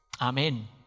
Amen